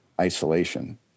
isolation